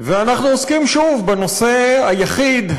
ואנחנו עוסקים שוב בנושא היחיד,